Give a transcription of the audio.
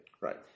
Right